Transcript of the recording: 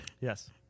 Yes